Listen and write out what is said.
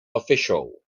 official